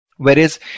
Whereas